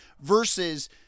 versus